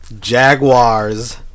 Jaguars